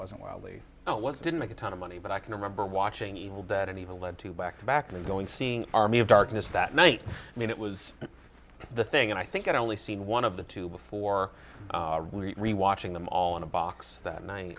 wasn't wildly oh it was didn't make a ton of money but i can remember watching evil dead and evil led to back to back and going seen army of darkness that night i mean it was the thing and i think i'd only seen one of the two before watching them all in a box that ni